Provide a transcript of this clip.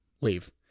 leave